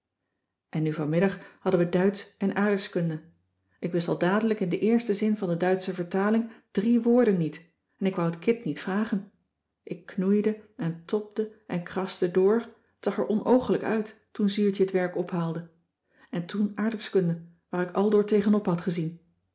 en nu vanmiddag hadden we duitsch en aardrijkscissy van marxveldt de h b s tijd van joop ter heul kunde ik wist al dadelijk in den eersten zin van de duitsche vertaling drie woorden niet en ik wou t kit niet vragen ik knoeide en tobde en kraste door t zag er onoogelijk uit toen zuurtje het werk ophaalde en toen aardrijkskunde waar ik aldoor tegenop had gezien